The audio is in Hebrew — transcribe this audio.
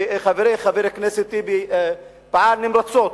וחברי חבר הכנסת טיבי פעל נמרצות,